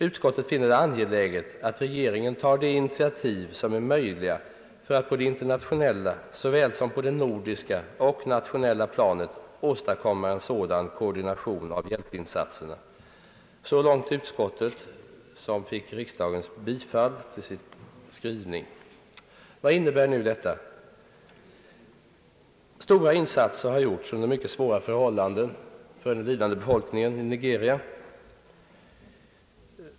Utskottet finner det angeläget att regeringen tar de initiativ som är möjliga för att, på det internationella såväl som på det nordiska och natio nella planet, åstadkomma en sådan koordination av hjälpinsatserna.» Så långt utskottet, vars skrivning fick riksdagens bifall. Vad innebär nu detta? Stora insatser har gjorts under mycket svåra förhållanden för den lidande befolkningen i Nigeria.